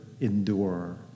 endure